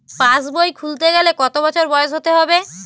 পাশবই খুলতে গেলে কত বছর বয়স হতে হবে?